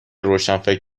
روشنفکر